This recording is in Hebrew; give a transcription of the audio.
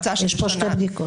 מצא שמונה חודשים.